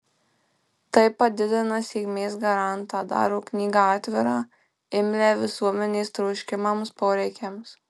tai padidina sėkmės garantą daro knygą atvirą imlią visuomenės troškimams poreikiams